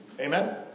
Amen